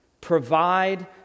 Provide